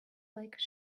like